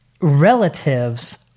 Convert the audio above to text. relatives